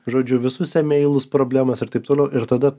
žodžiu visus emeilus problemas ir taip toliau ir tada